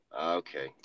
Okay